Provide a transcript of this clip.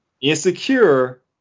insecure